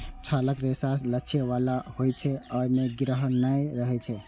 छालक रेशा लचै बला होइ छै, अय मे गिरह नै रहै छै